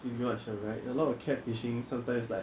if you watch your right a lot of cat fishing sometimes like